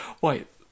Wait